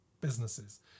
businesses